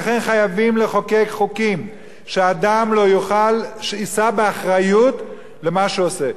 לכן חייבים לחוקק חוקים שאדם יישא באחריות למה שהוא עושה.